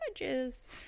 images